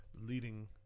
leading